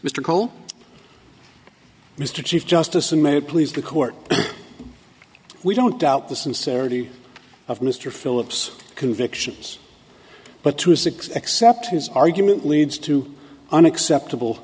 mr cole mr chief justice and may please the court we don't doubt the sincerity of mr phillips convictions but to six accept his argument leads to unacceptable